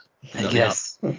Yes